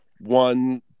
one